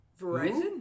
Verizon